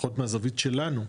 לפחות מהזווית שלנו,